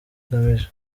ugamije